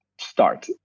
start